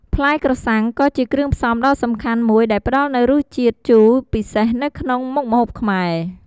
ផ្លែក្រសាំងក៏ជាគ្រឿងផ្សំដ៏សំខាន់មួយដែលផ្តល់នូវរសជាតិជូរពិសេសនៅក្នុងមុខម្ហូបខ្មែរ។